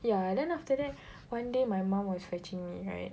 ya and then after that one day my mom was fetching me right